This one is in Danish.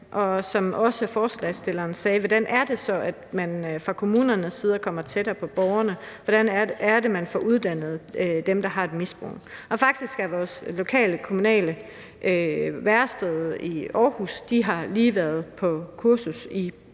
for forespørgerne sagde: Hvordan er det så, at man fra kommunernes side kommer tættere på borgerne, og hvordan er det, at man får uddannet dem, der har et misbrug? Og faktisk har medarbejderne på vores lokale kommunale værested i Aarhus lige været på kursus i